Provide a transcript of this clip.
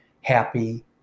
happy